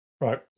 right